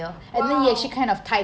!wow!